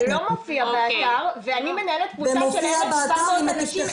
זה לא מופיע באתר ואני מנהלת קבוצה של 1,700 אנשים,